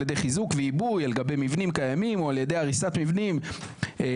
על ידי חיזוק ועיבוי על גבי מבנים קיימים או על ידי הריסת מבנים ישנים,